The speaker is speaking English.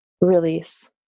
release